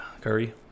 Curry